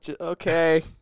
Okay